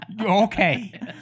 okay